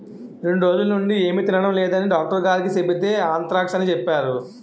రెండ్రోజులనుండీ ఏమి తినడం లేదని డాక్టరుగారికి సెబితే ఆంత్రాక్స్ అని సెప్పేరు